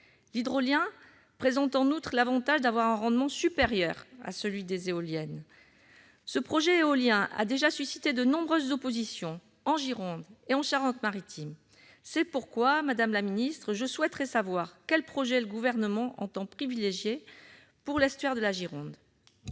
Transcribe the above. L'hydrolien présente en outre l'avantage d'avoir un rendement supérieur à celui des éoliennes. Ce projet éolien a déjà suscité de nombreuses oppositions en Gironde et en Charente-Maritime. C'est pourquoi, madame la secrétaire d'État, je souhaiterais savoir quel projet le Gouvernement entend privilégier pour l'estuaire de la Gironde.